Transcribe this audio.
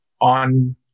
on